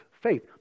faith